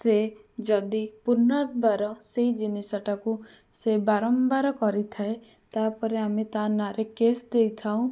ସେ ଯଦି ପୁନର୍ବାର ସେଇ ଜିନିଷଟାକୁ ସେ ବାରମ୍ବାର କରିଥାଏ ତାପରେ ଆମେ ତା ନାଁରେ କେସ ଦେଇଥାଉ